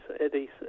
Eddie